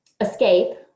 Escape